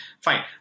fine